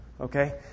okay